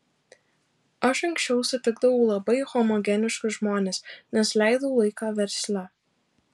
aš anksčiau sutikdavau labai homogeniškus žmones nes leidau laiką versle